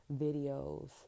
videos